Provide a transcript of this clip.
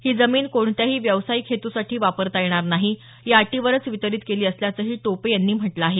ही जमीन कोणत्याही व्यावसायिक हेतुसाठी वापरता येणार नाही या अटीवरच वितरीत केली असल्याचंही टोपे यांनी म्हटलं आहे